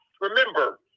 remember